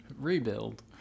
rebuild